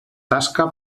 tasca